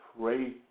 Pray